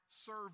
serve